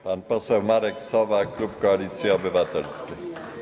Pan poseł Marek Sowa, klub Koalicji Obywatelskiej.